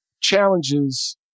challenges